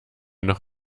noch